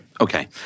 Okay